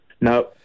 No